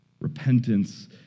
Repentance